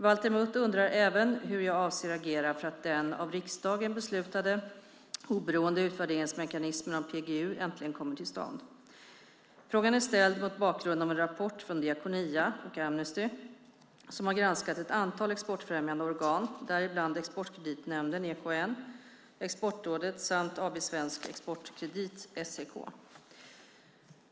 Valter Mutt undrar också hur jag avser att agera för att den av riksdagen beslutade oberoende utvärderingsmekanismen av PGU äntligen kommer till stånd. Frågan är ställd mot bakgrund av en rapport från Diakonia och Amnesty som granskat ett antal exportfrämjande organ, däribland Exportkreditnämnden , Exportrådet samt AB Svensk Exportkredit .